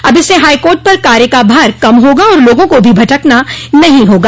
अब इससे high court पर कार्य का भार कम होगा और लोगों को भी भटकना नहीं होगा